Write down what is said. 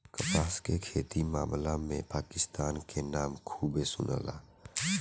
कपास के खेती के मामला में पाकिस्तान के नाम खूबे सुनाला